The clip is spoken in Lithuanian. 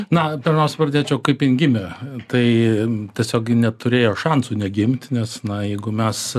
na pirmiausia pradėčiau kaip jin gimė tai tiesiog ji neturėjo šansų negimt nes na jeigu mes